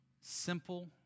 simple